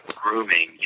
grooming